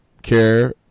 care